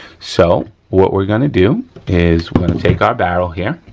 so, what we're gonna do is we're gonna take our barrel here